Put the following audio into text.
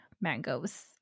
mangoes